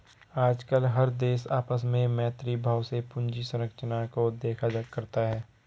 आजकल हर देश आपस में मैत्री भाव से पूंजी संरचना को देखा करता है